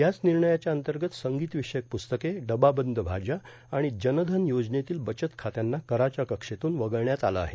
याच निर्णयाच्या अंतर्गत संगीत विषयक प्रस्तके डब्बाबंद भाज्या आणि जनधन योजनेतील बचत खात्यांना कराच्या कक्षेतून वगळण्यात आलं आहे